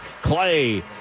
Clay